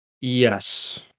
Yes